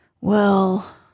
Well